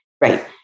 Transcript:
right